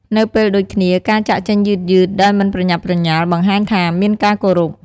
នៅពេលដូចគ្នា ការចាកចេញយឺតៗ ដោយមិនប្រញាប់ប្រញាល់ បង្ហាញថាមានការគោរព។